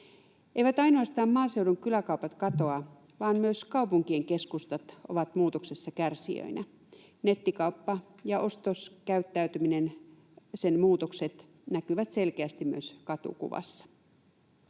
Eivät ainoastaan maaseudun kyläkaupat katoa, vaan myös kaupunkien keskustat ovat muutoksessa kärsijöinä. Nettikauppa ja ostoskäyttäytymisen muutokset näkyvät selkeästi myös katukuvassa.